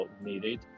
needed